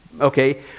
okay